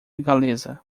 galesa